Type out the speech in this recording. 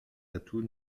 atouts